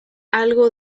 algo